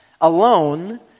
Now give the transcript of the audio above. alone